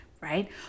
right